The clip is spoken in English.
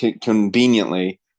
conveniently